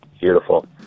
Beautiful